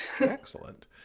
excellent